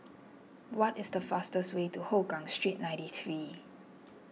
what is the fastest way to Hougang Street ninety three